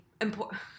important